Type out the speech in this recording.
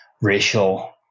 racial